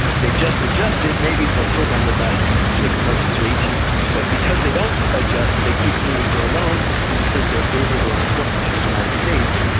they just adjusted, maybe their program would last six months to eighteen months, but because they don't adjust, they keep needing more loans and because they're favoured or important to the united states,